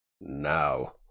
Now